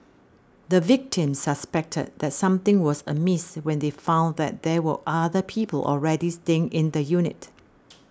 the victims suspected that something was amiss when they found that there were other people already staying in the unit